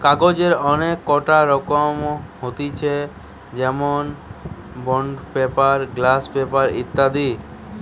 কাগজের অনেক কটা রকম হতিছে যেমনি বন্ড পেপার, গ্লস পেপার ইত্যাদি